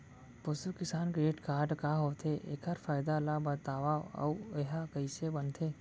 पसु किसान credit card का होथे, एखर फायदा ला बतावव अऊ एहा कइसे बनथे?